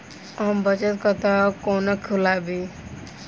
हम बचत खाता कोना खोलाबी?